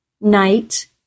Night